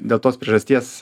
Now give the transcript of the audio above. dėl tos priežasties